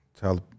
tell